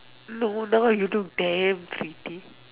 no now you look damn pretty